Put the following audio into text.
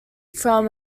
from